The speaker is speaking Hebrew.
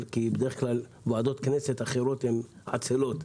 כי בדרך כלל וועדות כנסת אחרות הן עצלות,